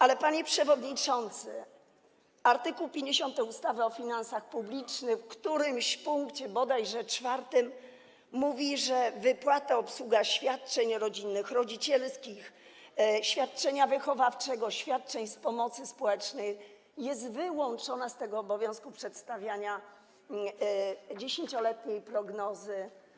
Ale, panie przewodniczący, art. 50 ustawy o finansach publicznych w którymś punkcie, bodajże w pkt 4, mówi, że wypłata i obsługa świadczeń rodzinnych, rodzicielskich, świadczenia wychowawczego, świadczeń z pomocy społecznej są wyłączone z tego obowiązku przedstawiania 10-letniej prognozy.